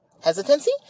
hesitancy